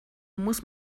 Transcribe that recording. muss